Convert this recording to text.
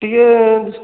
ଟିକିଏ